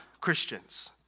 Christians